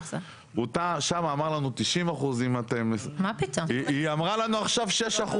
שם הוא אמר לנו 90%. היא אמרה לנו עכשיו 6%